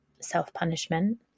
self-punishment